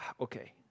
Okay